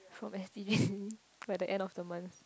from S_T_B by the end of the month